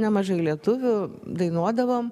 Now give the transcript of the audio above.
nemažai lietuvių dainuodavom